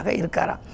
irkara